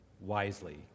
wisely